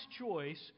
choice